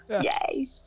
Yay